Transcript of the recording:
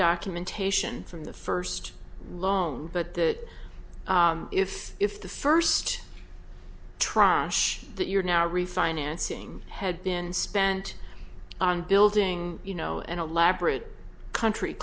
documentation from the first loan but that if if the first trash that you're now refinancing had been spent on building you know an elaborate country